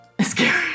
Scary